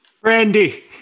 brandy